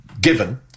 given